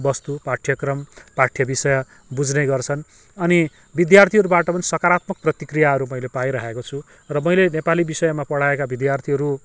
वस्तु पाठ्यक्रम पाठ्य विषय बुझ्ने गर्छन् अनि विद्यार्थीहरूबाट पनि सकरात्मक प्रतिक्रियाहरू मैले पाइरहेको छु र मैले नेपाली विषयमा पढाएका विद्यार्थीहरू